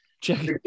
Check